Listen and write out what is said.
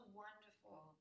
wonderful